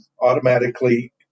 automatically